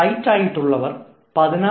bright ആയിട്ടുള്ളവർ 16